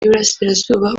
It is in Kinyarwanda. y’iburasirazuba